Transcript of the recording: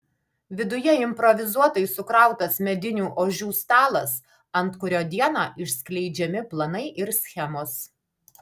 viduje improvizuotai sukrautas medinių ožių stalas ant kurio dieną išskleidžiami planai ir schemos